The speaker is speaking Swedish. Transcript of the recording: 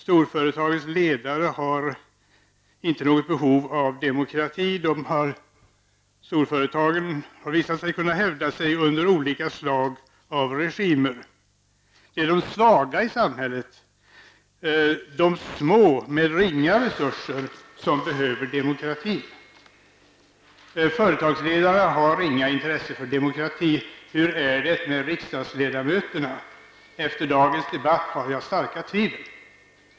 Storföretagens ledare har inte något behov av demokrati, de kan hävda sig under olika regimer. Det är de svaga i samhället, de med små eller inga resurser som behöver demokratin. Företagsledarna har ringa intresse för demokrati; hur är det med riksdagsledamöterna? Efter dagens debatt har jag starka tvivel.